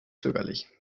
zögerlich